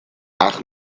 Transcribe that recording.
ach